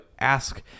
ask